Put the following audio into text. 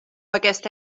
aquesta